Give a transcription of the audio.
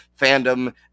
fandom